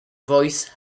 voice